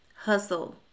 Hustle